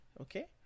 Okay